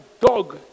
dog